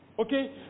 Okay